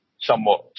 somewhat